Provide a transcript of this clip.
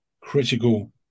critical